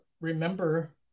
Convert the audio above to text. remember